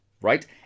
Right